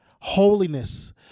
Holiness